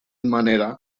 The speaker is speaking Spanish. manera